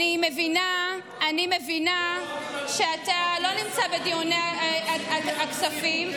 אני מבינה שאתה לא נמצא בדיוני ועדת הכספים,